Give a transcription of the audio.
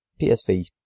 PSV